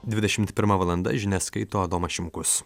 dvidešim pirma valanda žinias skaito adomas šimkus